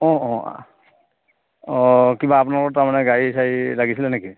অঁ অঁ অঁ কিবা আপোনালোকৰ তাৰমানে গাড়ী চাড়ী লাগিছিলে নেকি